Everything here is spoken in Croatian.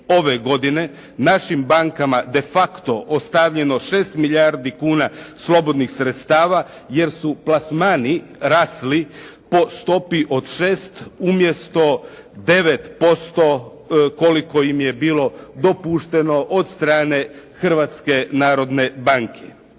ove godine, našim bankama de facto ostavljeno 6 milijardi kuna slobodnih sredstava, jer su plasmani rasli po stopi od 6 umjesto 9% koliko im je bilo dopušteno od strane Hrvatske narodne banke.